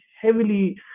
heavily